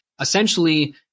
essentially